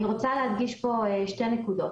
אני רוצה להדגיש פה שתי נקודות.